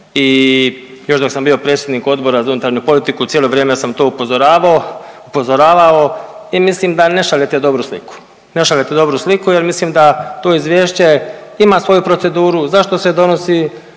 i još dok sam bio predsjednik Odbora za unutarnju politiku cijelo vrijeme sam to upozoravao, upozoravao i mislim da ne šaljete dobru sliku. Ne šaljete dobru sliku jer mislim da to izvješće ima svoju proceduru zašto se donosi